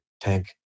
tank